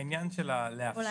העניין של הלאפשר,